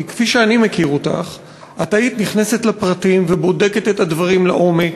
כי כפי שאני מכיר אותך את היית נכנסת לפרטים ובודקת את הדברים לעומק.